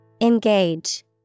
Engage